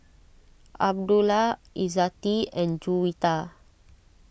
Abdullah Izzati and Juwita